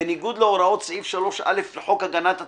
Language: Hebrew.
בניגוד להוראות סעיף 3(א) לחוק הגנת הצרכן,